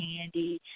candy